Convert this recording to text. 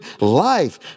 life